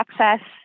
access